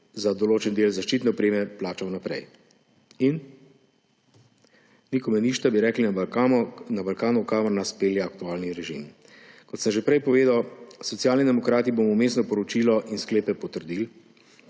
za določen del zaščitne opreme plača vnaprej. In »nikome ništa«, bi rekli na Balkanu, kamor nas pelje aktualni režim. Kot sem že prej povedal, Socialni demokrati bomo vmesno poročilo in sklepe potrdili.